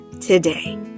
today